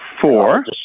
four